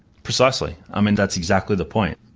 precisely. i mean, that's exactly the point.